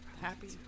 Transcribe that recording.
happy